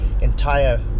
entire